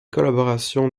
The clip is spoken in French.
collaboration